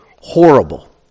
horrible